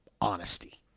honesty